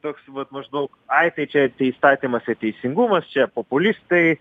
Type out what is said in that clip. toks vat maždaug aitai čia įstatymas ir teisingumas čia populistai